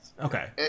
Okay